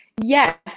Yes